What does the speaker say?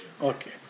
Okay